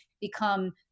become